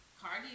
Cardi